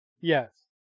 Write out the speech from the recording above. Yes